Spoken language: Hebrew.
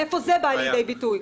איפה זה בא לידי ביטוי?